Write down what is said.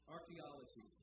Archaeology